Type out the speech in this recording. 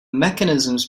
mechanisms